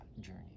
journey